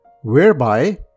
whereby